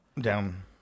Down